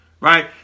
right